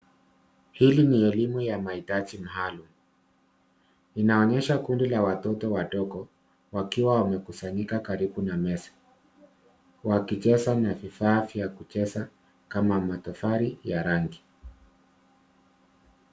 Hili ni elimu ya mahitaji maalum, linaonyesha kundi la watoto wadogo, wakiwa wamekusanyika karibu na meza, wakicheza na vifaa vya kucheza kama matofali ya rangi.